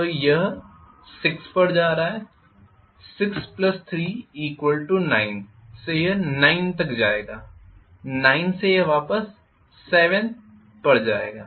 तो यह 6 पर जा रहा है 639 से यह 9 तक जाएगा 9 से यह वापस 7 पर जाएगा